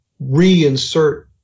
reinsert